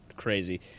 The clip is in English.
crazy